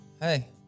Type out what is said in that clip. hey